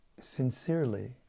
sincerely